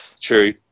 true